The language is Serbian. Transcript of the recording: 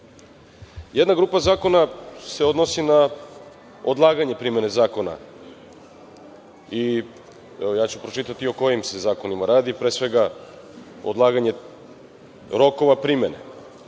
grupa zakona se odnosi na odlaganje primene zakona i ja ću pročitati o kojim se zakonima radi, pre svega odlaganje rokova primene.